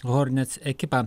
hornets ekipą